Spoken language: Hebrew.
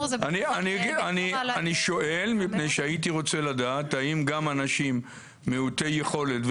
אני שואל מפני שהייתי רוצה לדעת האם גם אנשים מעוטי יכולת,